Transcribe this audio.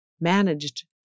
Managed